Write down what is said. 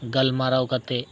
ᱜᱟᱞᱢᱟᱨᱟᱣ ᱠᱟᱛᱮᱫ